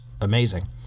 amazing